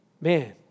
man